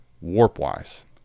warp-wise